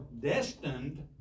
destined